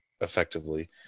effectively